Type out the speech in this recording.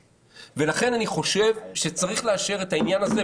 ולכן אני חושב שצריך לאשר את העניין הזה.